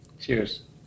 Cheers